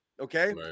Okay